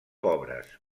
pobres